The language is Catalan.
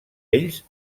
ells